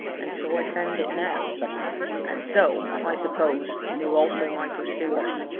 and so i found it now and so, i suppose, knew also my pursuers,